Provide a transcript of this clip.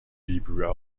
hebrew